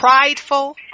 prideful